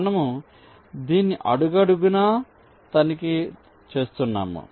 మనము దీన్ని అడుగడుగునా తనిఖీ చేస్తున్నాము